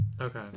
okay